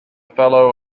fellow